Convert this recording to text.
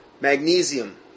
Magnesium